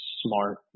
smart